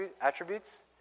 attributes